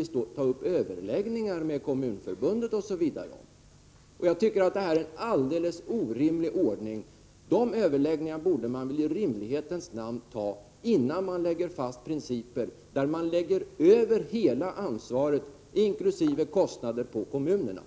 staten ta upp överläggningar om med Kommunförbundet, osv. Jag tycker att det är en alldeles orimlig ordning. De överläggningarna borde i rimlighetens namn äga rum innan man lägger fast principer där man lägger över hela ansvaret inkl. kostnader på kommunerna.